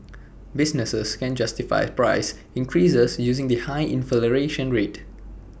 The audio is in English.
businesses can justify price increases using the high inflation rate